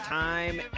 time